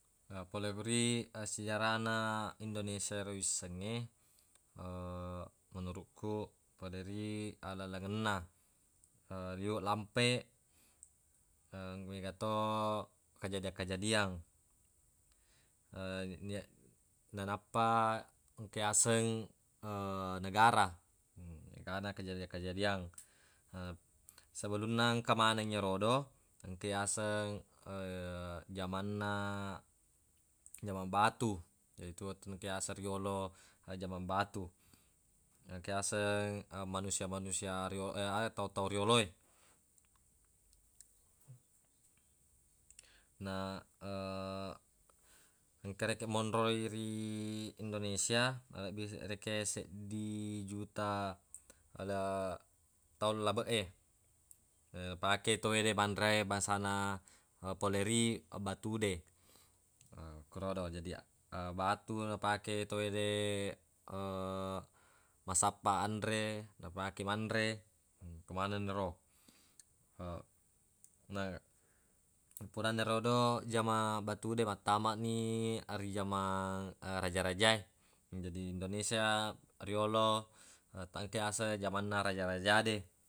Na pole ri sejarana indonesia ro wissengnge menuruq ku pole ri allalenna liweq lampe mega to kajadia-kajadiang nia- nanappa engka yaseng negara he egana kejadia-kejadiang. He sebelunna engka maneng yerodo engka yaseng jamanna jaman batu, jadi etu-etuna tu engka yaseng riyolo jaman batu. Na engka riyaseng manusia-manusia riyo- aga tau-tau riyoloe, na engka rekeng monroi ri indonesia nalebbi rekeng seddi juta ale- taung labeq e pake tawwede manre bangsana pole ri batude he kerodo. Jadi batu napake tawwede massappa anre nafake manre engka manenniro. Na purana erodo jaman batude mattamani ri jamang raja-rajae. Jadi indonesia riyolo engka riyaseng jamanna raja-rajade.